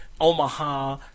Omaha